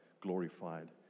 glorified